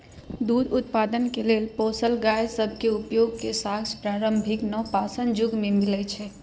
दूध उत्पादन के लेल पोसल गाय सभ के उपयोग के साक्ष्य प्रारंभिक नवपाषाण जुग में मिलइ छै